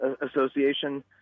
association